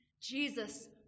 Jesus